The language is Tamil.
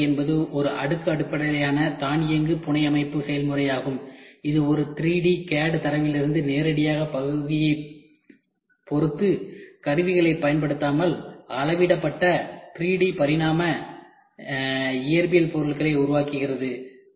சேர்க்கை உற்பத்தி என்பது ஒரு அடுக்கு அடிப்படையிலான தானியங்கு புனையமைப்பு செயல்முறையாகும் இது ஒரு 3D CAD தரவிலிருந்து நேரடியாக பகுதியைப் பொறுத்து கருவிகளைப் பயன்படுத்தாமல் அளவிடப்பட்ட 3 பரிமாண இயற்பியல் பொருள்களை உருவாக்குகிறது